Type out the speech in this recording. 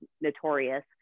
notorious